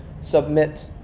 submit